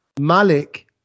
Malik